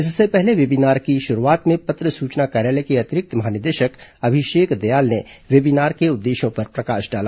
इससे पहले वेबीनार की शुरूआत में पत्र सूचना कार्यालय के अतिरिक्त महानिदेशक अभिषेक दयाल ने वेबीनार के उद्देश्यों पर प्रकाश डाला